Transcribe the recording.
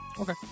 Okay